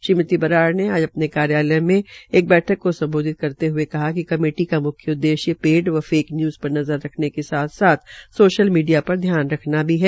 श्रीमती शरणदीप कौर बराड़ ने आज अपने कार्यालय में एक बैठक को सम्बोधित करते हये कहा कि कमेटी का म्ख्य उददेश्य पेड व फेक न्यूज पर नजर रखने के साथ साथ सोशल मीडिया पर ध्यान रखना भी है